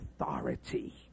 authority